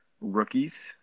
rookies